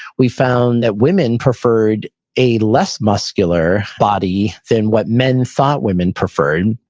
we found that women preferred a less muscular body than what men thought women preferred.